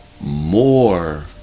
More